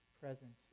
present